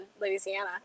Louisiana